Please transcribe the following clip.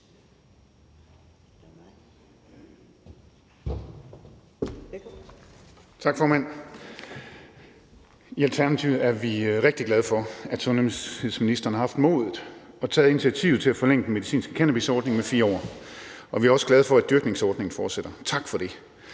Tak, formand. I Alternativet er vi rigtig glade for, at sundhedsministeren har haft modet og taget initiativet til at forlænge den medicinske cannabisordning med 4 år, og vi er også glade for, at dyrkningsordningen fortsætter – tak for det.